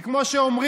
כי כמו שאומרים,